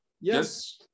yes